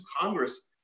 Congress